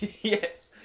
Yes